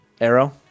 Arrow